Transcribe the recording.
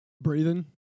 breathing